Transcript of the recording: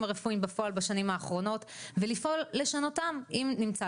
הרפואיים בפועל בשנים האחרונות ולפעול לשנותם אם נמצא